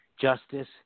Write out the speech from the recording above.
justice